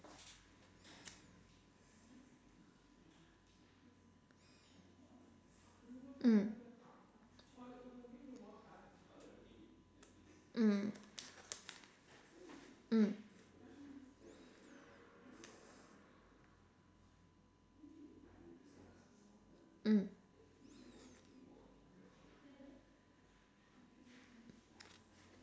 mm mm mm mm